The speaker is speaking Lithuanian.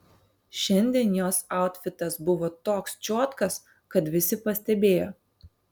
šiandien jos autfitas buvo toks čiotkas kad visi pastebėjo